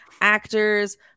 actors